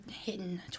hitting